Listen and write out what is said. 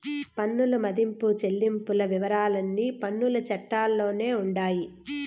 పన్నుల మదింపు చెల్లింపుల వివరాలన్నీ పన్నుల చట్టాల్లోనే ఉండాయి